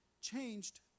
changed